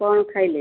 କ'ଣ ଖାଇଲେ